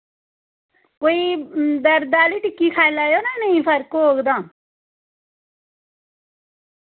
कोई दर्द आह्ली टिक्की खाई लैएओ ना नेईं फर्क होग तां